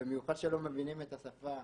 במיוחד כשלא מבינים את השפה